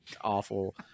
awful